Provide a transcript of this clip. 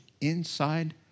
inside